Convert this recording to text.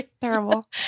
terrible